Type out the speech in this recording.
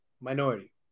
minority